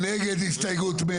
מי נגד הסתייגות 100?